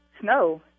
Snow